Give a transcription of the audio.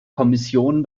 kommission